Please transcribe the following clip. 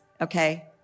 okay